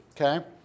Okay